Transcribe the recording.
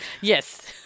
Yes